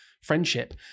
friendship